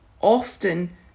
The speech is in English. often